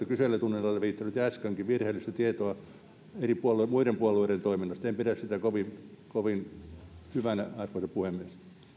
kyselytunnilla levittäneet ja äskenkin virheellistä tietoa muiden puolueiden toiminnasta en pidä sitä kovin kovin hyvänä arvoisa puhemies